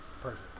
Perfect